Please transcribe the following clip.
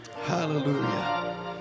Hallelujah